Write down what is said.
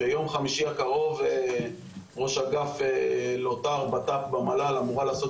ביום חמישי הקרוב ראש אגף לוט"ר בט"פ במל"ל אמורה לעשות